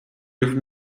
with